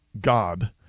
god